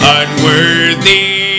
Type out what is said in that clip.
unworthy